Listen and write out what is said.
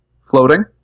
floating